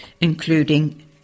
including